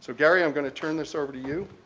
so gary, i'm going to turn this over to you.